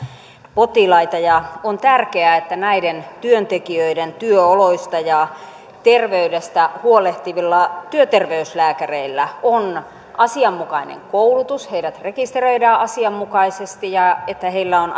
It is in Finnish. potilaita ja on tärkeää että näiden työntekijöiden työoloista ja terveydestä huolehtivilla työterveyslääkäreillä on asianmukainen koulutus että heidät rekisteröidään asianmukaisesti ja että heillä on